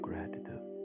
Gratitude